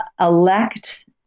elect